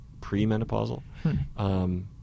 premenopausal